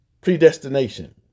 predestination